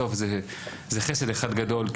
בסוף זה חסד אחד גדול,